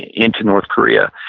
into north korea.